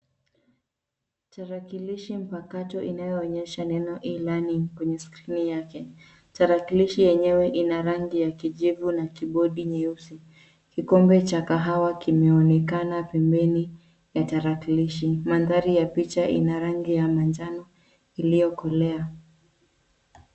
Tarakilishi mpakato inayoonyesha neno E-learning kwenye skrini yake. Tarakilishi yenyewe ina rangi ya kijivu na kibodi nyeusi. Kikombe cha kahawa kimeonekana pembeni ya tarakilishi. Mandhari ya picha ina rangi ya manjano iliyokolea.